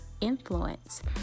influence